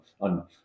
on